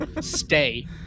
Stay